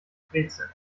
brezeln